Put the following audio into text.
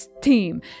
team